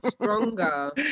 stronger